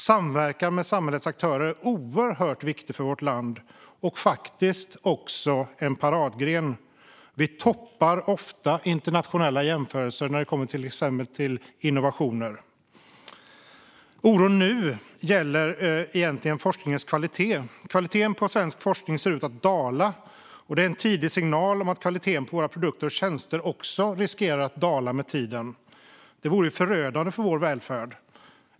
Samverkan med samhällets aktörer är oerhört viktigt för vårt land och faktiskt också en paradgren - vi hamnar ofta i topp i internationella jämförelser när det gäller exempelvis innovationer. Oron nu gäller egentligen forskningens kvalitet. Kvaliteten på svensk forskning ser ut att dala. Det är en tidig signal om att kvaliteten på våra produkter och tjänster också riskerar att dala med tiden, vilket vore förödande för vår välfärd.